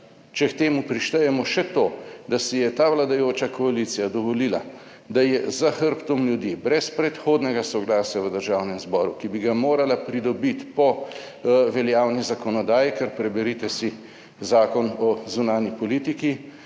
Če k temu prištejemo še to, da si je ta vladajoča koalicija dovolila, da je za hrbtom ljudi, brez predhodnega soglasja v Državnem zboru, ki bi ga morala pridobiti po veljavni zakonodaji - kar preberite si zakon o zunanji politiki